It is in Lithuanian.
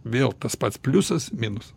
vėl tas pats pliusas minusas